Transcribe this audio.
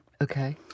Okay